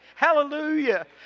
Hallelujah